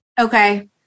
okay